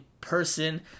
person